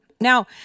Now